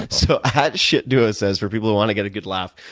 so at shitduosays for people who want to get a good laugh.